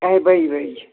کَہہِ بَہہِ بجہِ